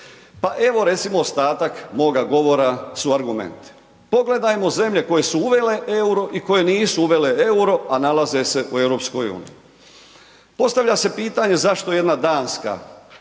Pa evo recimo ostatak moga govora su argumenti. Pogledajmo zemlje koje su uvele euro i koje nisu uvele euro a nalaze se po EU-u. Postavlja se pitanje zašto jedna Danska